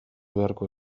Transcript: beharko